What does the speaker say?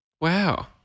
Wow